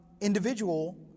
individual